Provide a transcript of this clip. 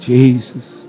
Jesus